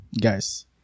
guys